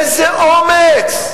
איזה אומץ.